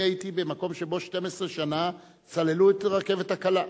אני הייתי במקום שבו 12 שנה סללו את הרכבת הקלה.